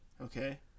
okay